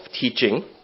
teaching